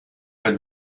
mit